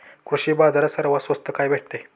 कृषी बाजारात सर्वात स्वस्त काय भेटते?